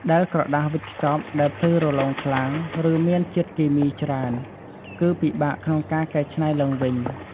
ដែលក្រដាសវេចខ្ចប់ដែលភ្លឺរលោងខ្លាំង ឬមានជាតិគីមីច្រើន គឺពិបាកក្នុងការកែច្នៃឡើងវិញ។